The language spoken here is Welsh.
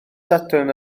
sadwrn